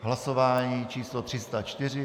Hlasování číslo 304.